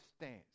stance